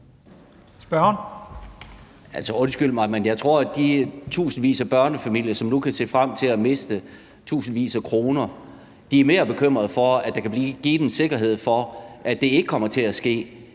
jeg tror, at de tusindvis af børnefamilier, som nu kan se frem til at miste tusindvis af kroner, er mere bekymrede for, om der kan blive givet en sikkerhed for, at det ikke kommer til at ske,